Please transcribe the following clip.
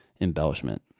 embellishment